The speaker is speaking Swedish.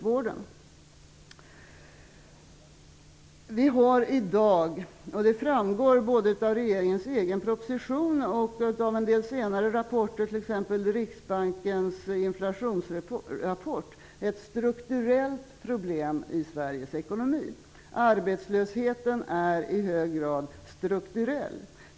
Vi har i dag, vilket framgår inte bara av regeringens egen proposition utan också av en del senare rapporter, t.ex. Riksbankens inflationsrapport, ett strukturellt problem i Sveriges ekonomi. Arbetslösheten är i hög grad strukturell.